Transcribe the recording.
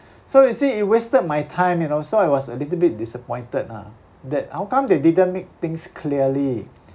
so you see it wasted my time you know so I was a little bit disappointed lah that how come they didn't make things clearly